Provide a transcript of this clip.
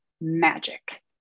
magic